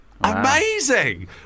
Amazing